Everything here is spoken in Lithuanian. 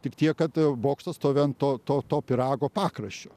tik tiek kad bokštas stovi ant to to to pyrago pakraščio